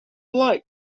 alike